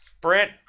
Brent